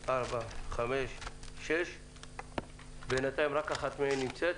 כנסת, כשבינתיים רק אחת מהם נמצאת